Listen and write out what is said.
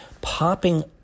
popping